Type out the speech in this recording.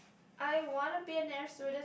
I wanna be an air stewardess